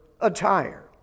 attire